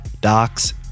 Docs